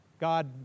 God